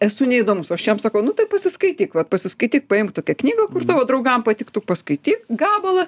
esu neįdomus aš jam sakau nu tai pasiskaityk vat pasiskaityk paimk tokią knygą kur tavo draugam patiktų paskaityk gabalą